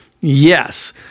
yes